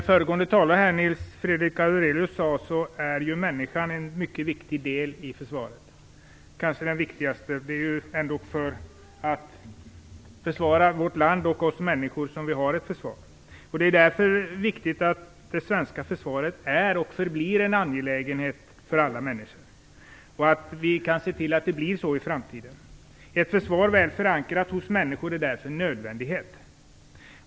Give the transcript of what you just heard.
Fru talman! Som Nils Fredrik Aurelius sade är människan en mycket viktig del i försvaret, kanske den viktigaste delen. Det är ju ändå för att försvara vårt land och oss människor som landet har ett försvar. Därför är det viktigt att det svenska försvaret är en angelägenhet för alla människor och att vi kan se till att det är så också i framtiden. Ett försvar som är väl förankrat hos människor är således en nödvändighet.